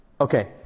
Okay